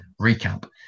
recap